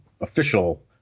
official